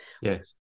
yes